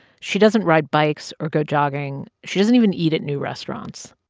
she doesn't ride bikes or go jogging. she doesn't even eat at new restaurants.